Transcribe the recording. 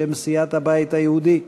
בשם סיעת הבית היהודי.